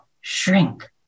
shrink